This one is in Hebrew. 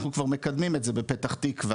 אנחנו כבר מקדמים את זה בפתח תקווה,